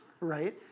right